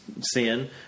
sin